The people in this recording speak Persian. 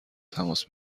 تماس